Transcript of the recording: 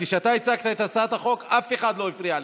כשאתה הצגת את הצעת החוק אף אחד לא הפריע לך.